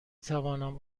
توانم